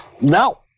no